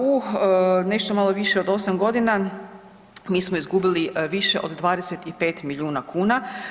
U nešto malo više od 8.g. mi smo izgubili više od 25 milijuna kuna.